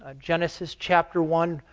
ah genesis chapter one,